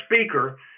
speaker